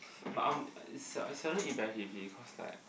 but I'm I I seldom eat very heavy cause like